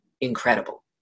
incredible